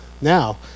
now